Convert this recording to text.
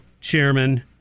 Chairman